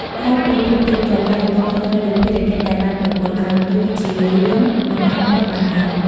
ក្រៅពីភាពទៀងទាត់ ការទទួលខុសត្រូវលើភារកិច្ចដែលបានប្រគល់ឲ្យ គឺជារឿងមិនអាចខ្វះបានឡើយ។